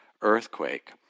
earthquake